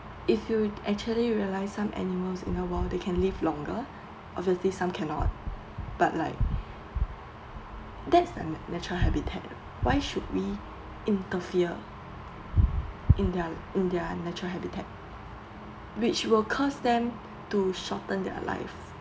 if you actually realise some animals in the wild they can live longer obviously some cannot but like that's a natural habitat why should we interfere in their in their natural habitat which will cost them to shorten their life